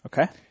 Okay